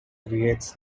creates